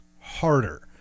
harder